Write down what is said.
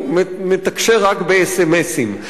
הוא מתַקשר רק באס.אם.אסים.